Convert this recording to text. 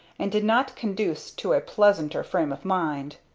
and did not conduce to a pleasanter frame of mind.